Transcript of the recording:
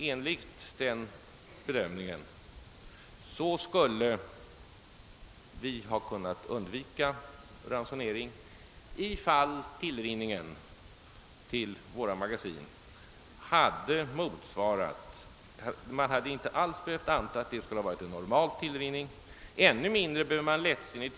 Enligt den bedömning som gjordes hade man inte alls behövt anta att tillrinningen skulle ha varit normal, ännu mindre lättsinnigt ha behövt satsa på en övernormal tillrinning för att undvika ransonering.